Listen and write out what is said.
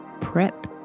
prep